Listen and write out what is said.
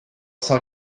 cent